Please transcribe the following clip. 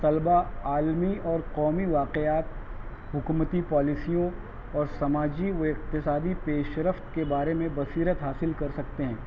طلبا عالمی اور قومی واقعات حکومتی پالیسیوں اور سماجی و اقتصادی پیش رفت کے بارے میں بصیرت حاصل کر سکتے ہیں